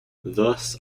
thus